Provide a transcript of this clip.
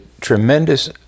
tremendous